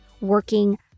working